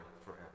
forever